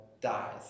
dies